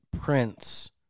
Prince